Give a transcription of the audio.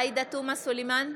עאידה תומא סלימאן,